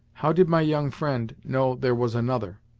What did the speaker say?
how did my young friend know there was another?